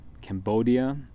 Cambodia